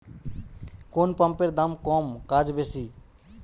কোন পাম্পের দাম কম কাজ বেশি?